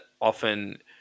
often